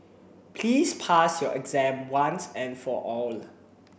please pass your exam once and for all